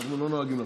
אנחנו לא נוהגים,